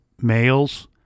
males